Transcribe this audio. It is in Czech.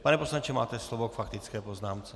Pane poslanče, máte slovo k faktické poznámce.